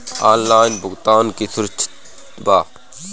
Online भुगतान का सुरक्षित बा?